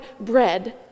bread